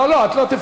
לא לא, את לא תפני.